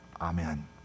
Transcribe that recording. Amen